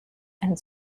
and